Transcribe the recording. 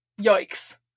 Yikes